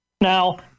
Now